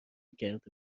کرده